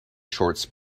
shorts